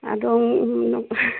ꯑꯗꯣꯝ